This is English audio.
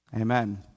amen